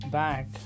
back